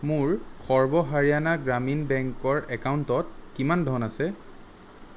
মোৰ সৰ্ব হাৰিয়ানা গ্ৰামীণ বেংকৰ একাউণ্টত কিমান ধন আছে